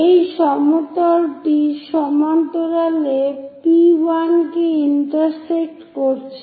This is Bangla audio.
এই সমতলটির সমান্তরালে P1 কে ইন্টারসেক্ট করছে